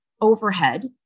overhead